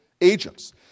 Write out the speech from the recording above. agents